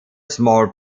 small